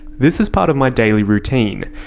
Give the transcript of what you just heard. this is part of my daily routine,